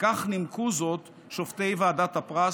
וכך נימקו זאת שופטי ועדת הפרס,